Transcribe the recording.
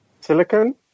Silicon